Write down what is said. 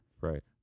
Right